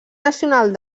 nacional